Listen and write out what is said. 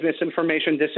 misinformation